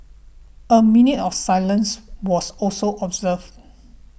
a minute of silence was also observed